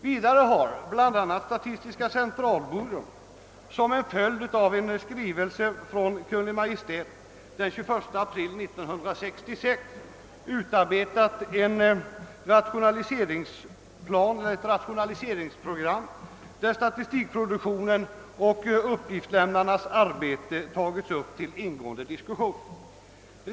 Vidare har statistiska centralbyrån, som följd av en skrivelse från Kungl. Maj:t den 21 april 1966, utarbetat ett rationaliseringsprogram, där statistikproduktionen och uppgiftslämnarnas arbete tagits upp till ingående diskussion.